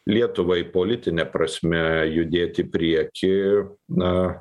lietuvai politine prasme judėt į priekį na